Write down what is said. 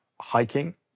hiking